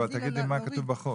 אבל תגידי מה כתוב בחוק.